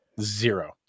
Zero